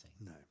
No